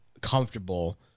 comfortable